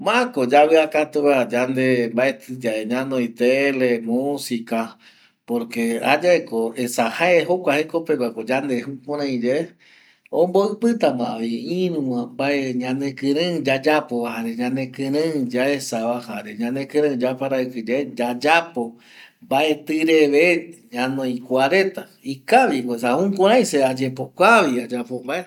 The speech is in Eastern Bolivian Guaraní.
﻿Mako yaviakatugua mbaeti yave ñanoi tele, musica porque jayaeko, esa jae jokua jeko peguako yande jukuraiyae omboipitamavi irüva mbae ñanekirei yayapova jare ñanekirei yaesava jare ñanekirei yaparavikiyae yayapo mbaeti reve ñanoi kua reta ikaviko esa jukurai se ayepokuavi ayapo mbae